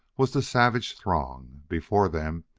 was the savage throng before them,